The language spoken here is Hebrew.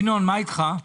ינון, מה אתך?